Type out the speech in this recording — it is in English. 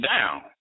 down